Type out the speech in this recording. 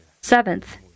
seventh